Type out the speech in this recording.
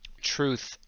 truth